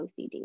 OCD